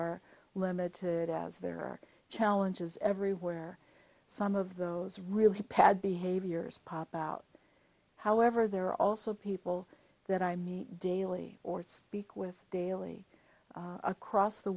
are limited as there are challenges everywhere some of those really pad behaviors pop out however there are also people that i meet daily or speak with daily across the